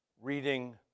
reading